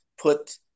put